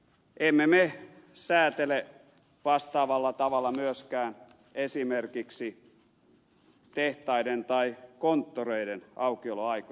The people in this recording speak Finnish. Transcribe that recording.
emme me säätele vastaavalla tavalla myöskään esimerkiksi tehtaiden tai konttoreiden aukioloaikoja